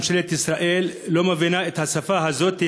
ממשלת ישראל לא מבינה את השפה הזאת,